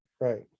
Right